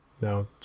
No